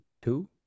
Two